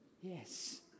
Yes